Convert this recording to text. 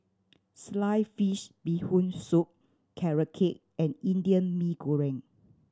sliced fish Bee Hoon Soup Carrot Cake and Indian Mee Goreng